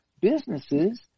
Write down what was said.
businesses